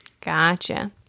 Gotcha